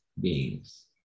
Beings